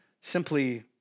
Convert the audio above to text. simply